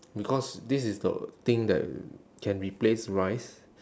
because this is the thing that can replace rice